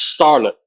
starlet